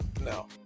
No